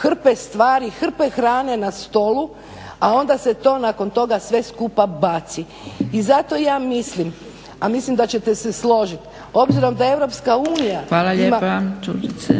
hrpe stvari, hrpe hrane na stolu a onda se to nakon toga sve skupa baci. I zato ja mislim a mislim da ćete se složiti, obzirom da EU ima … **Zgrebec, Dragica (SDP)** Hvala lijepa Đurđice.